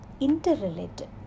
interrelated